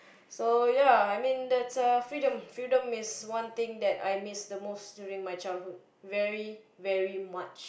so ya I mean that's a freedom freedom is one thing that I miss the most during my childhood very very much